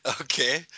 Okay